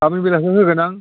गाबोन बेलासियावसो होगोन आं